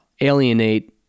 alienate